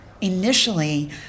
initially